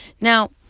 now